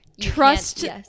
Trust